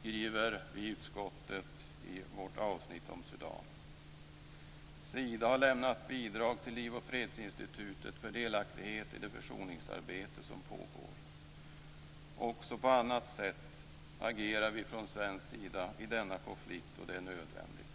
skriver vi i utskottet i avsnittet om Sudan. Sida har lämnat bidrag till Liv och Fredsinstitutet för delaktighet i det försoningsarbete som pågår. Också på annat sätt agerar vi från svensk sida i denna konflikt, och det är nödvändigt.